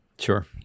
Sure